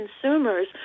consumers